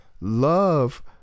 Love